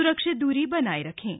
सुरक्षित दूरी बनाए रखें